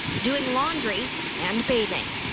doing laundry and bathing.